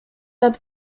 nad